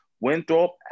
Winthrop